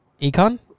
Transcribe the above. Econ